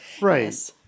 Right